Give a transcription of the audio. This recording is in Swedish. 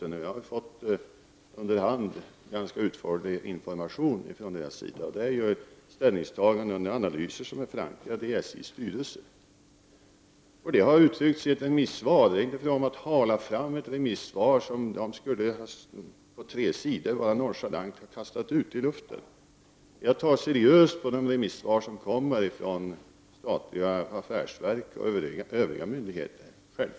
Under hand har jag fått ganska utförlig information från SJ:s sida. Och SJ:s ställningstaganden och analyser är förankrade i företagets styrelse. Detta har uttryckts i ett remissvar, och det är alltså inte fråga om att SJ nonchalant på tre sidor skulle ha halat fram en remissvar som har kastats ut i luften. Jag tar självfallet seriöst på de remissvar som kommer från statliga affärsverk och myndigheter.